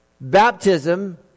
Baptism